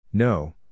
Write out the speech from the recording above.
No